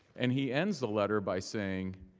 and he ends the letter by saying,